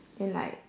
then like